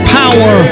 power